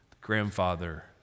grandfather